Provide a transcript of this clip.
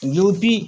U P